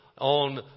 on